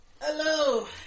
Hello